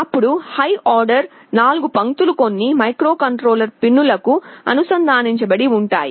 అప్పుడు high order 4 పంక్తులు కొన్ని మైక్రోకంట్రోలర్ పిన్ లకు అనుసంధానించబడి ఉంటాయి